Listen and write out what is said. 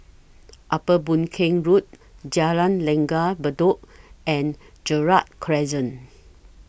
Upper Boon Keng Road Jalan Langgar Bedok and Gerald Crescent